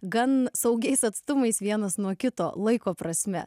gan saugiais atstumais vienas nuo kito laiko prasme